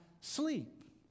sleep